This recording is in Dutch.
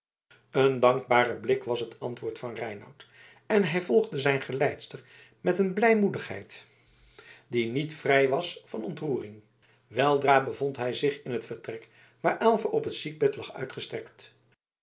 een dankbare blik was het antwoord van reinout en hij volgde zijn geleidster met een blijmoedigheid die niet vrij was van ontroering weldra bevond hij zich in het vertrek waar aylva op het ziekbed lag uitgestrekt